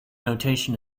notation